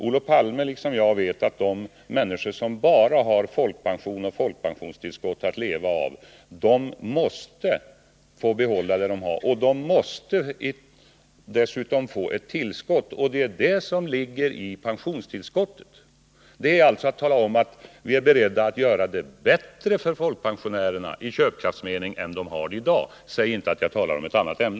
Olof Palme liksom jag vet att de människor som bara har folkpension och folkpensionstillskott att leva av måste få behålla vad de har, och de måste dessutom få ett tillskott — och det är det som ligger i pensionstillskottet. Jag talar alltså om att vi är beredda att förbättra folkpensionärernas köpkraft. Säg inte att jag talar om ett annat ämne!